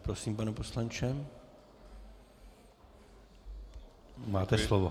Prosím, pane poslanče, máte slovo.